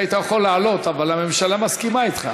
היית יכול לעלות, אבל הממשלה מסכימה אתך.